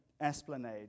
esplanade